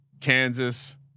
Kansas